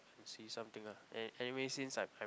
see something ah anyway since I I I